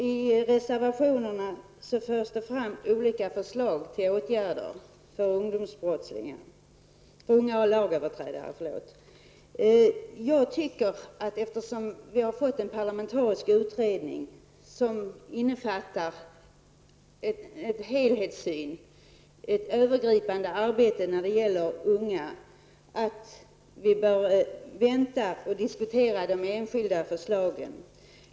I reservationerna förs det fram olika förslag till åtgärder beträffande unga lagöverträdare. Eftersom vi har fått en parlamentarisk utredning som innefattar en helhetssyn och skall göra ett övergripande arbete när det gäller unga, tycker jag att vi bör vänta med att diskutera de enskilda förslagen.